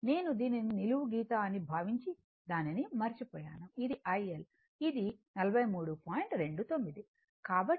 నేను దీనిని నిలువు గీత అని భావించి దానిని మర్చిపోయాను